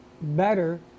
better